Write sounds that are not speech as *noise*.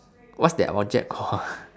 what's that object called ah *laughs*